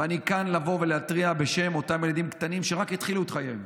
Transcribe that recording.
ואני רוצה כאן לבוא ולהתריע בשם אותם ילדים קטנים שרק התחילו את חייהם: